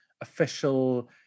official